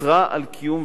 אסרה לקיים,